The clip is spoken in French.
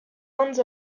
indes